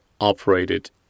operated